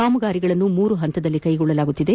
ಕಾಮಗಾರಿಗಳನ್ನು ಮೂರು ಹಂತಗಳಲ್ಲಿ ಕೈಗೊಳ್ಳಲಾಗುತ್ತಿದೆ